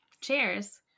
Cheers